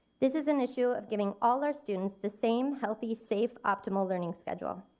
this is an issue of giving all our students the same healthy safe optimal learning schedule.